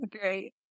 great